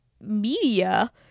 media